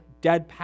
dead